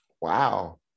Wow